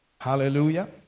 Hallelujah